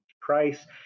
price